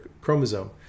chromosome